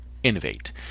innovate